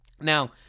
Now